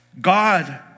God